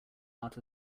art